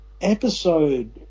episode